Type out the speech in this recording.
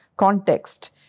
Context